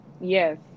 Yes